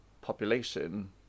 population